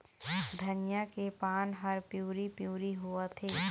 धनिया के पान हर पिवरी पीवरी होवथे?